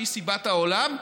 שהיא סיבת העולם,